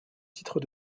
titre